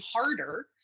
harder